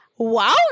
wow